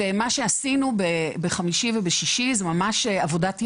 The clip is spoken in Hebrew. ומה שעשינו בחמישי ובשישי זה ממש עבודת יד,